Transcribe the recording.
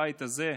בבית הזה,